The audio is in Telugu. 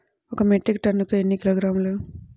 ఒక మెట్రిక్ టన్నుకు ఎన్ని కిలోగ్రాములు?